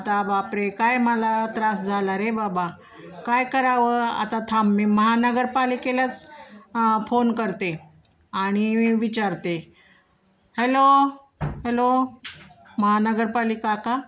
आता बापरे काय मला त्रास झाला रे बाबा काय करावं आता थांब मी महानगरपालिकेलाच फोन करते आणि विचारते हॅलो हॅलो महानगरपालिका का